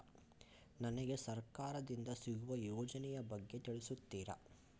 ನನಗೆ ಸರ್ಕಾರ ದಿಂದ ಸಿಗುವ ಯೋಜನೆ ಯ ಬಗ್ಗೆ ತಿಳಿಸುತ್ತೀರಾ?